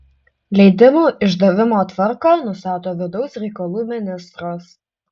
leidimų išdavimo tvarką nustato vidaus reikalų ministras